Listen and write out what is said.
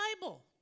bible